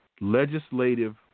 legislative